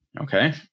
Okay